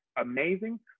amazing